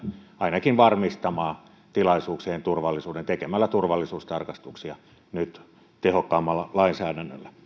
ainakin varmistamaan tilaisuuksien turvallisuuden tekemällä turvallisuustarkastuksia nyt tehokkaammalla lainsäädännöllä